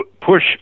push